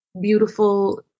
beautiful